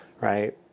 right